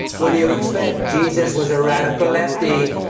what do you expect? jesus was a radical lefty.